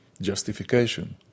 justification